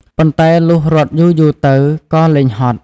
ប៉ុន្តែលុះរត់យូរទៅៗ ក៏លែងហត់។